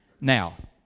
Now